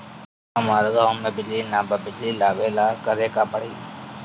हमरा गॉव बिजली न बा बिजली लाबे ला का करे के पड़ी?